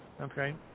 okay